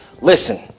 Listen